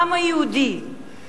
היהודים צעקו להם,